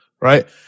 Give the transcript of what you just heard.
right